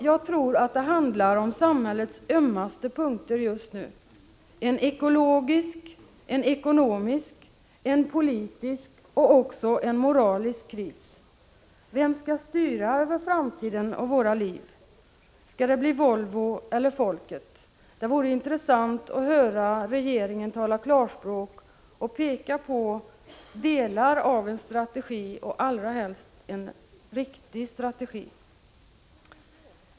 Jag tror att det handlar om samhällets ömmaste punkter just nu: en ekologisk, en ekonomisk, en politisk och också en moralisk kris. Vem skall styra över framtiden och våra liv? Skall det bli Volvo eller folket? Det vore intressant att höra regeringen tala klarspråk och peka på delar av en strategi och allra helst en riktig strategi.